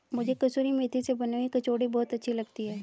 मुझे कसूरी मेथी से बनी हुई कचौड़ी बहुत अच्छी लगती है